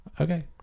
Okay